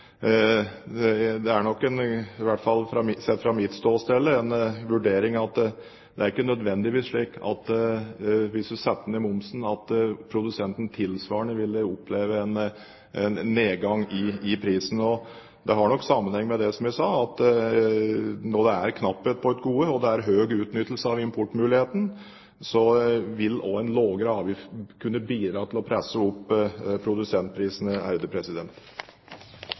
sett fra mitt ståsted, en vurdering at det er ikke nødvendigvis slik at hvis man setter ned momsen, ville produsenten tilsvarende oppleve en nedgang i prisen. Det har nok sammenheng med det jeg sa: Når det er knapphet på et gode og det er høy utnyttelse av importmuligheten, vil også en lavere avgift kunne bidra til å presse opp produsentprisene.